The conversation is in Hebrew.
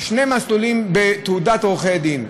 שני מסלולים בתעודת עורכי דין.